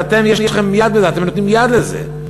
ואתם נותנים יד לזה,